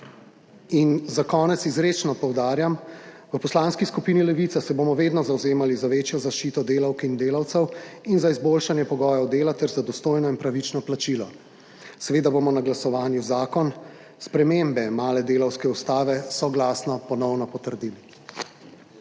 In za konec izrecno poudarjam, v Poslanski skupini Levica se bomo vedno zavzemali za večjo zaščito delavk in delavcev in za izboljšanje pogojev dela ter za dostojno in pravično plačilo. Seveda bomo na glasovanju zakon spremembe male delavske ustave soglasno ponovno potrdili.